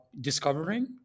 discovering